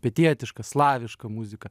pietietiška slaviška muzika